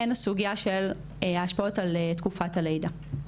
הן הסוגיה של ההשפעות על תקופת הלידה.